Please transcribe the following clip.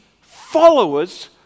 followers